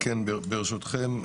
ברשותכם,